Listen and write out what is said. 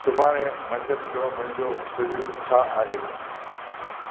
सुभाणे मंझंदि जो मुंहिंजो शेड्यूल छा आहे